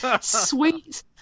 sweet